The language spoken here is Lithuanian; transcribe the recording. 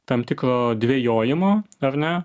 tam tikro dvejojimo ar ne